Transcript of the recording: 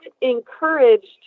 encouraged